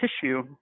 tissue